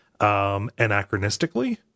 anachronistically